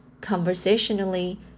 conversationally